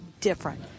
different